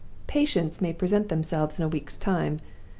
patients may present themselves in a week's time.